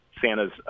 Santa's